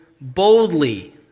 boldly